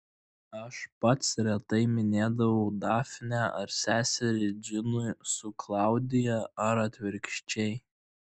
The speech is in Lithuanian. aš pats retai minėdavau dafnę ar seserį džinui su klaudija ar atvirkščiai